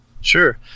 Sure